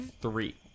Three